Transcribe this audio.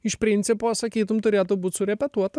iš principo sakytum turėtų būti surepetuota